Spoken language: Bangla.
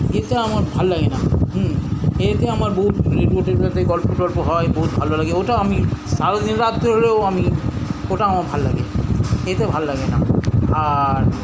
কিন্তু আমার ভাল লাগে না এতে আমার রেডিও টেডিওতে গল্প টল্প হয় বহুত ভালো লাগে ওটা আমি সারা দিন রাত ধরেও আমি ওটা আমার ভাল লাগে এটা ভাল লাগে না আর